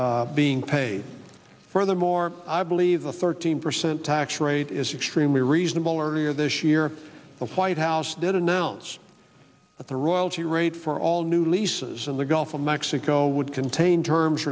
being paid furthermore i believe a thirteen percent tax rate is extremely reasonable earlier this year of white house did announce that the royalty rate for all new leases in the gulf of mexico would contain terms